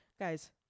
Guys